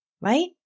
right